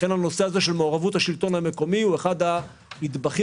הנושא של מעורבות השלטון המקומי הוא אחד הנדבכים